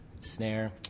snare